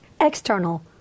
external